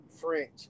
French